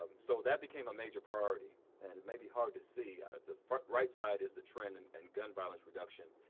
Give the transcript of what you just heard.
um so that became a major priority. and it may be hard to see. the right side is the trend in and gun violence reduction.